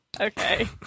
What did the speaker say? Okay